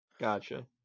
Gotcha